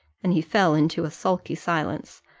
and he fell into a sulky silence,